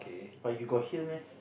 but you got hear meh